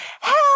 help